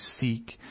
seek